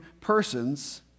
persons